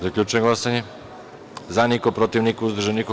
Zaključujem glasanje: za – niko, protiv – niko, uzdržanih – nema.